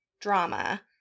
drama